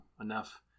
enough